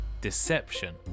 deception